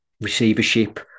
receivership